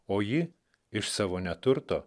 o ji iš savo neturto